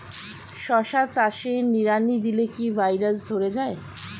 শশা চাষে নিড়ানি দিলে কি ভাইরাস ধরে যায়?